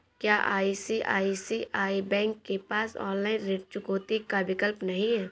क्या आई.सी.आई.सी.आई बैंक के पास ऑनलाइन ऋण चुकौती का विकल्प नहीं है?